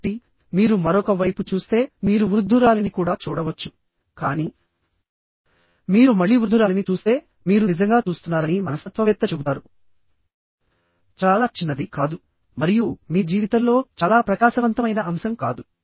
కాబట్టి మీరు మరొక వైపు చూస్తే మీరు వృద్ధురాలిని కూడా చూడవచ్చు కానీ మీరు మళ్ళీ వృద్ధురాలిని చూస్తే మీరు నిజంగా చూస్తున్నారని మనస్తత్వవేత్త చెబుతారు చాలా చిన్నది కాదు మరియు మీ జీవితంలో చాలా ప్రకాశవంతమైన అంశం కాదు